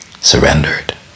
surrendered